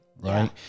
right